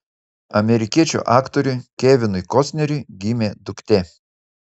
amerikiečių aktoriui kevinui kostneriui gimė duktė